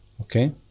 Okay